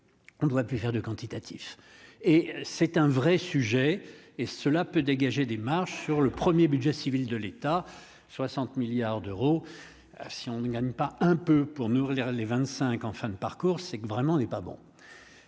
on aurait pu faire de quantitatif et c'est un vrai sujet et cela peut dégager des marges sur le 1er budget civil de l'État 60 milliards d'euros, ah si on ne gagne pas un peu pour nourrir les 25 en fin de parcours, c'est que vraiment n'est pas bon